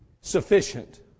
sufficient